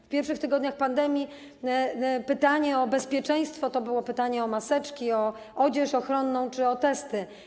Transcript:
W pierwszych tygodniach pandemii pytanie o bezpieczeństwo to było pytanie o maseczki, o odzież ochronną czy o testy.